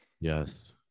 Yes